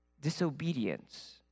disobedience